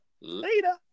Later